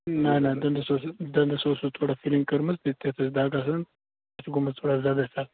نہ نہ نہ دَنٛدَس اوس دَنٛدَس اوس اوترٕ تھوڑا فِلِنٛگ کٔرمٕژ بیٚیہِ تہِ ٲس تَتھ دَگ حظ یہِ چھُ گوٚمُت تھوڑا زیادَے پَہَم